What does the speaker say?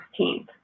16th